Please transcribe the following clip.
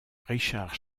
richard